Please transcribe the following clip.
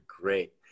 great